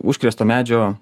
užkrėsto medžio